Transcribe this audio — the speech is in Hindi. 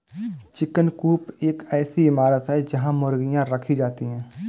चिकन कूप एक ऐसी इमारत है जहां मुर्गियां रखी जाती हैं